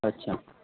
अच्छा